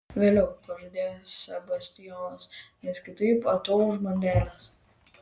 vėliau pažadėjo sebastijonas nes kitaip atauš bandelės